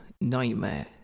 nightmare